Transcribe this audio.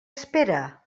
espera